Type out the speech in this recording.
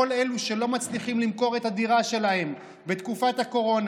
כל אלו שלא מצליחים למכור את הדירה שלהם בתקופת הקורונה,